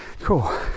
Cool